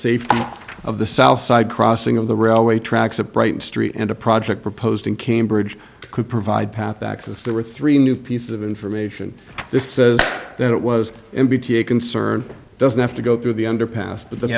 safety of the south side crossing of the railway tracks a bright street and a project proposed in cambridge could provide path access there were three new pieces of information this says that it was in bt a concern doesn't have to go through the underpass but the